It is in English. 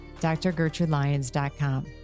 drgertrudelyons.com